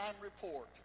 report